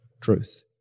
truth